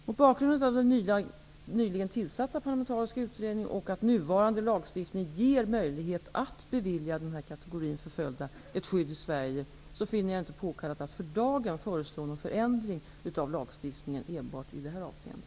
Mot bakgrund av den nyligen tillsatta parlamentariska utredningen och att nuvarande lagstiftning ger möjlighet att bevilja denna kategori förföljda ett skydd i Sverige finner jag det inte påkallat att för dagen föreslå någon förändring av lagstiftningen enbart i detta avseende.